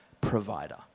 provider